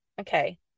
okay